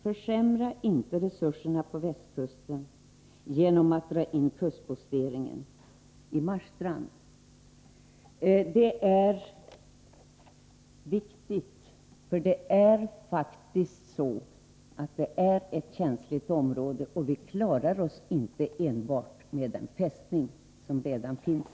Försämra inte resurserna på västkusten genom att dra in kustposteringen i Marstrand! Det är viktigt att detta inte sker, för det gäller ett känsligt område, och vi klarar oss inte enbart med den fästning som finns.